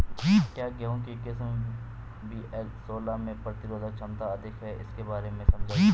क्या गेहूँ की किस्म वी.एल सोलह में प्रतिरोधक क्षमता अधिक है इसके बारे में समझाइये?